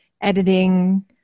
editing